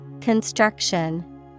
Construction